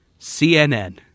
CNN